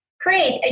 Great